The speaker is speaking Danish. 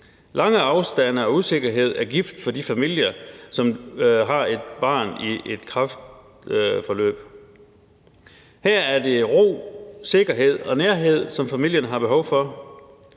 Lange afstande og usikkerhed er gift for de familier, som har et barn i et kræftforløb. Her er det ro, sikkerhed og nærhed, som familierne har behov for,